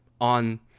on